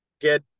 get